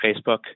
Facebook